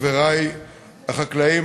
חברי החקלאים,